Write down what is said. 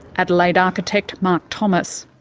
adelaide architect mark thomas.